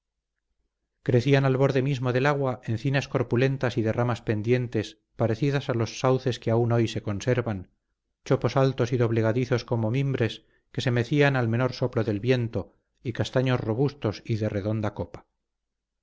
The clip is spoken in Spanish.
crecían al borde mismo del agua encinas corpulentas y de ramas pendientes parecidas a los sauces que aún hoy se conservan chopos altos y doblegadizos como mimbres que se mecían al menor soplo del viento y castaños robustos y de redonda copa